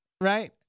right